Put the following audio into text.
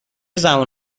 زبان